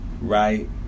right